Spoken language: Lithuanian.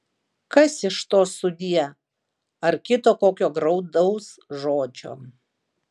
kas iš to sudie ar kito kokio graudaus žodžio